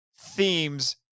themes